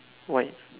white